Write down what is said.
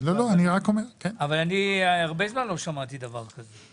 אבל הרבה זמן אני לא שמעתי דבר כזה,